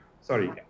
Sorry